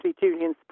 Julian